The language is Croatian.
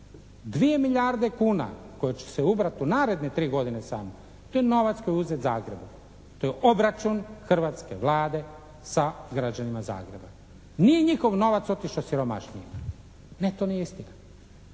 Dvije milijarde kuna koje će se ubrati u naredne tri godine samo. To je novac koji je uzet Zagrebu. To je obračun hrvatske Vlade sa građanima Zagreba. Nije njihov novac otišao siromašnijima. Ne, to nije istina.